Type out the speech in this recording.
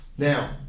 now